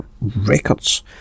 Records